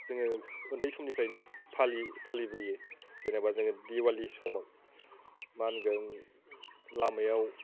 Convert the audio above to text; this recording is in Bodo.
जोङो उन्दै समनिफ्रायनो फालिबोयो जेनेबा जोङो दिवालि समाव मा होनगोन लामायाव